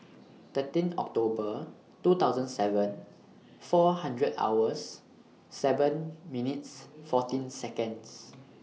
thirteen October two thousand seven four hundred hours seven minutes fourteen Seconds